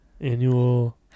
Annual